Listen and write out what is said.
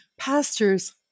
Pastors